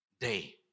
day